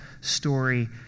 story